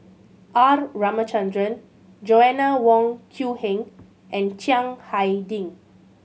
R Ramachandran Joanna Wong Quee Heng and Chiang Hai Ding